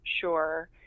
sure